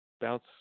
bounce